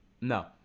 No